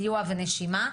סיוע ונשימה,